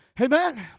Amen